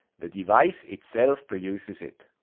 the device itself produces it.